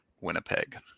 Winnipeg